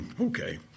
Okay